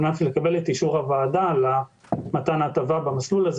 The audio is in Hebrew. מנת לקבל את אישור הוועדה למתן ההטבה במסלול הזה